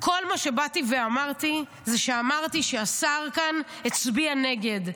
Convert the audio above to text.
כל מה שבאתי ואמרתי זה שהשר כאן הצביע נגד.